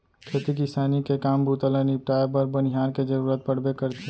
खेती किसानी के काम बूता ल निपटाए बर बनिहार के जरूरत पड़बे करथे